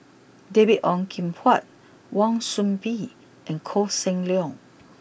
David Ong Kim Huat Wan Soon Bee and Koh Seng Leong